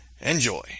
enjoy